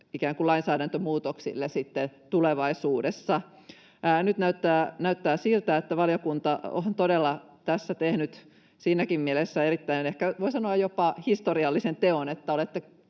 lainsäädäntömuutoksille sitten tulevaisuudessa. Nyt näyttää siltä, että valiokunta on tässä todella tehnyt siinäkin mielessä erittäin, voi sanoa, ehkä jopa historiallisen teon, että olette